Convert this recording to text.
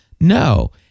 No